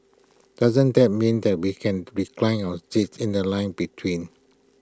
doesn't that mean that we can recline our seats in The Line between